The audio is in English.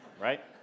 right